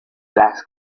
las